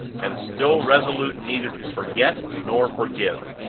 and still resolute neither to forget nor forgive.